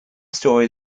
story